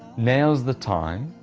now is the time